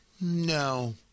No